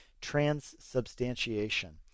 transubstantiation